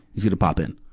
he's gonna pop in.